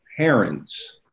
parents